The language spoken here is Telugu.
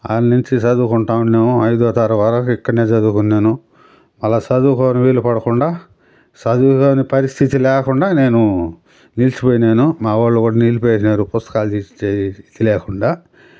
ఆన్నించి చదువుకుంటూ ఉన్నాను ఐదో తరగతి వరకూ ఇక్కడనే చదువుకున్నాను అలా చదువుకొని వీలు పడకుండా చదువుకొనే పరిస్థితి లేకుండా నేను నిలిచిపోయినాను మా వాళ్ళు కూడా నిలిపేసినారు పుస్తకాలు తీసి ఇచ్చే స్థితి లేకుండా